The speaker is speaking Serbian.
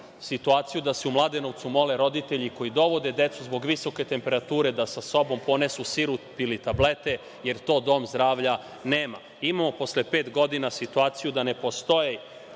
situaciju da se u Mladenovcu mole roditelji koji dovode decu zbog visoke temperature, da sa sobom ponesu sirup ili tablete, jer to dom zdravlja nema. Imamo, posle pet godina, situaciju da ne postoji